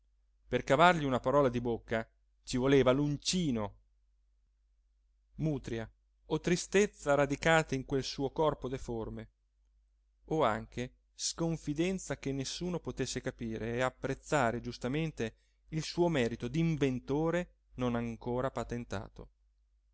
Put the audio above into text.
per cavargli una parola di bocca ci voleva l'uncino mutria o tristezza radicate in quel suo corpo deforme o anche sconfidenza che nessuno potesse capire e apprezzare giustamente il suo merito d'inventore non ancora patentato